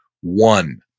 one